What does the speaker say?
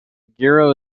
giro